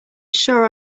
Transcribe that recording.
sure